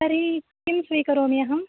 तर्हि किं स्वीकरोमि अहम्